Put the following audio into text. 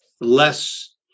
less